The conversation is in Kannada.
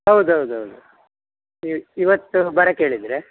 ಹೌದೌದೌದು ನೀವು ಇವತ್ತು ಬರಕ್ಕೆ ಹೇಳಿದ್ರಿ